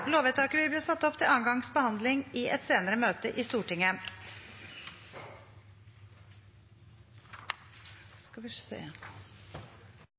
Lovvedtaket vil bli satt opp til andre gangs behandling i et senere møte i